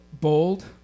bold